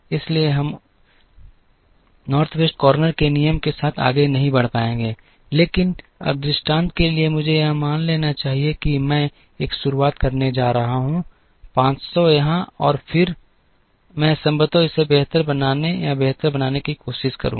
इसलिए हम उत्तर पश्चिम कोने के नियम के साथ आगे नहीं बढ़ पाएंगे लेकिन अब दृष्टांत के लिए मुझे यह मान लेना चाहिए कि मैं एक शुरुआत करने जा रहा हूं 500 यहाँ और फिर मैं संभवतः इसे बेहतर बनाने या बेहतर बनाने की कोशिश करूंगा